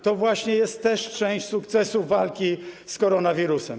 To właśnie jest też część sukcesu walki z koronawirusem.